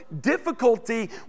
difficulty